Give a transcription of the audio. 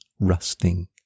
rusting